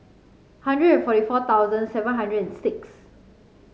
hundred forty four thousand seven hundred and six